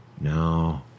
No